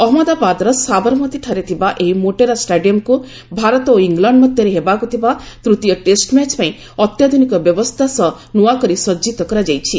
ଅହମ୍ମଦାବାଦର ସାବରମତୀଠାରେ ଥିବା ଏହି ମୋଟେରା ଷ୍ଟାଡିୟମକୁ ଭାରତ ଓ ଇଂଲଣ୍ଡ ମଧ୍ୟରେ ହେବାକୁ ଥିବା ତୃତୀୟ ଟେଷ୍ଟମ୍ୟାଚ ପାଇଁ ଅତ୍ୟାଧୁନିକ ବ୍ୟବସ୍ଥା ସହ ନୂଆକରି ସଜ୍ଜିତ କରାଯାଇଛି